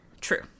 true